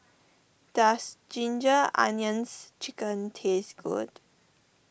does Ginger Onions Chicken taste good